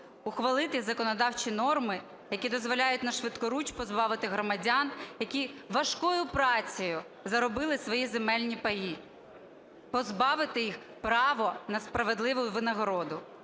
ухвалити законодавчі норми, які дозволяють нашвидкуруч позбавити громадян, які важкою працею заробили свої земельні паї, позбавити їх права на справедливу винагороду.